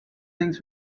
things